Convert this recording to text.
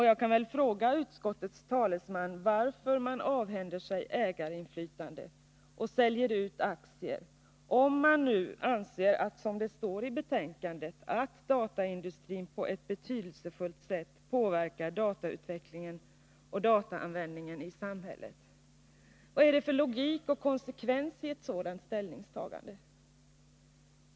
Jag vill fråga utskottets talesman varför man avhänder sig ägarinflytande och säljer ut aktier om man nu anser — som det står i betänkandet — att dataindustrin på ett betydelsefullt sätt påverkar datautvecklingen och dataanvändningen i samhället. Vad är det för logik och konsekvens i ett sådant ställningstagande?